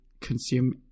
consume